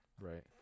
right